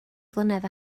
flynedd